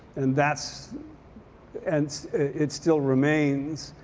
and that's and it still remains,